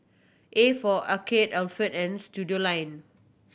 A for Arcade Alpen and Studioline